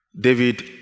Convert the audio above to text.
David